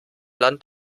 land